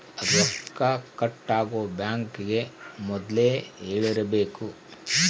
ರೊಕ್ಕ ಕಟ್ ಆಗೋ ಬ್ಯಾಂಕ್ ಗೇ ಮೊದ್ಲೇ ಹೇಳಿರಬೇಕು